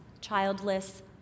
childless